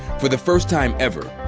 for the first time ever,